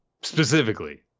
specifically